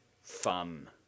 fun